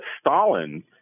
Stalin